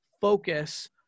focus